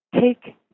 take